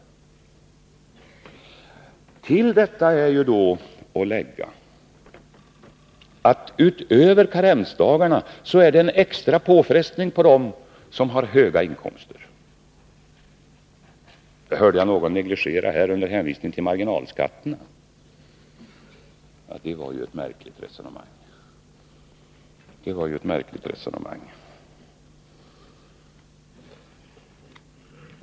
Till detta är att lägga att det blir en extra påfrestning, utöver karensdagarna, för dem som har höga inkomster. Jag hörde någon negligera detta under hänvisning till marginalskatten, och det var ju ett märkligt resonemang.